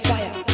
Fire